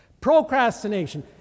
Procrastination